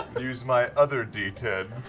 use my other d